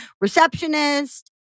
receptionist